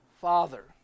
Father